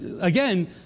again